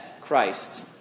Christ